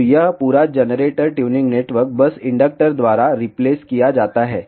तो यह पूरा जनरेटर ट्यूनिंग नेटवर्क बस इंडक्टर द्वारा रिप्लेस किया जाता है